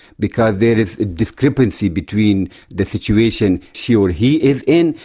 because there is discrepancy between the situation she or he is in,